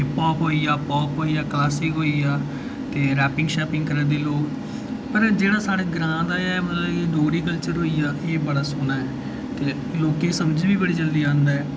hip hop होइया pop होइया classic होइया ते रैपिंग शैपिंग करा दे लोग पर जेह्ड़ा साढ़े ग्रांऽ दा एह् मतलब डोगरी कल्चर होइया एह् बड़ा सोह्ना ऐ ते लोकें ई समझ बी बड़ी जल्दी आंदा ऐ